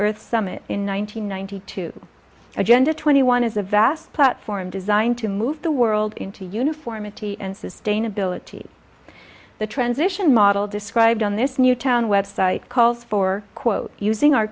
earth summit in one thousand nine hundred two agenda twenty one is a vast platform designed to move the world into uniformity and sustainability the transition model described on this new town website called for quote using our